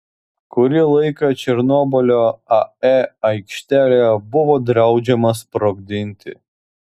kurį laiką černobylio ae aikštelėje buvo draudžiama sprogdinti